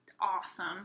awesome